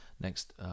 next